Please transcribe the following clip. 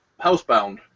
Housebound